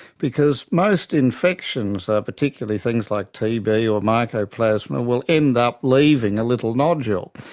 because most infections, particularly things like tb or mycoplasma, will end up leaving a little nodule.